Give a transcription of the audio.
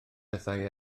bethau